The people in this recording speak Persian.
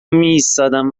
میایستادم